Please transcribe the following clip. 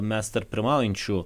mes tarp pirmaujančių